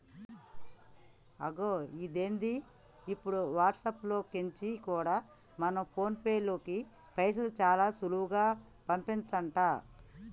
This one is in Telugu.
అగొ ఇదేంది ఇప్పుడు వాట్సాప్ లో కెంచి కూడా మన ఫోన్ పేలోకి పైసలు చాలా సులువుగా పంపచంట